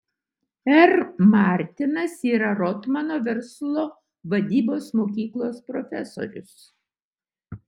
r martinas yra rotmano verslo vadybos mokyklos profesorius